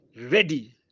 ready